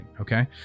okay